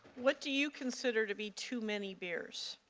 what do you consider to be too many beers?